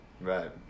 right